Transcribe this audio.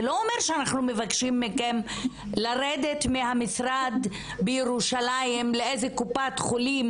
זה לא אומר שאנחנו מבקשים מכם לרדת מהמשרד בירושלים לאיזו קופת חולים